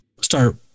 start